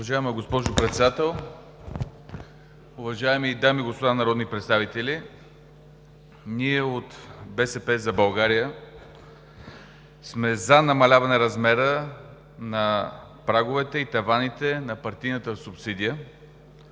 Уважаема госпожо Председател, уважаеми дами и господа народни представители! Ние от „БСП за България“ сме „за“ намаляване размера на праговете и таваните на партийната субсидия,